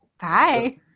Bye